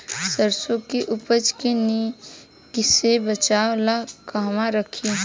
सरसों के उपज के नमी से बचावे ला कहवा रखी?